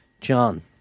John